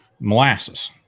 molasses